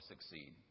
succeed